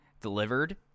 delivered